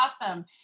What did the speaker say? awesome